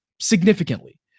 significantly